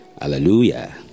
Hallelujah